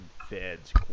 Fed's